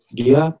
dia